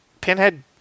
Pinhead